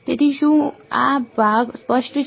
તેથી શું આ ભાગ સ્પષ્ટ છે